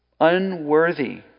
Unworthy